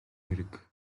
хэрэг